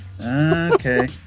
Okay